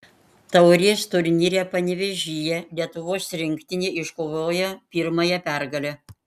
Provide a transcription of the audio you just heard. taurės turnyre panevėžyje lietuvos rinktinė iškovojo pirmąją pergalę